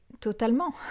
totalement